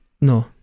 No